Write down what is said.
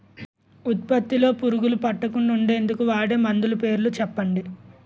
ఉత్పత్తి లొ పురుగులు పట్టకుండా ఉండేందుకు వాడే మందులు పేర్లు చెప్పండీ?